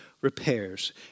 repairs